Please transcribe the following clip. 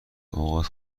اوقات